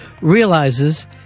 realizes